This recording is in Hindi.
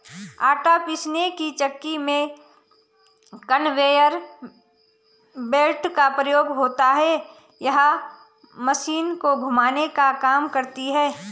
आटा पीसने की चक्की में कन्वेयर बेल्ट का प्रयोग होता है यह मशीन को घुमाने का काम करती है